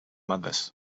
mothers